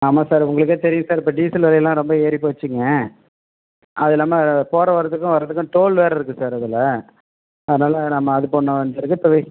ஆமாம் சார் உங்களுக்கே தெரியும் சார் இப்போ டீசல் விலையெல்லாம் ரொம்ப ஏறி போச்சுங்க அதுல்லாமல் போற வரதுக்கும் வரதுக்கும் டோல் வேறு இருக்குது சார் அதில் அதனால நம்ம அது போடணும்